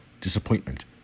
disappointment